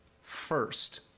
first